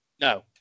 No